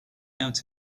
out